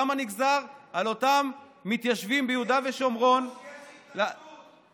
למה נגזר על אותם מתיישבים ביהודה ושומרון --- כי יש התנגדות.